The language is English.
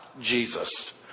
Jesus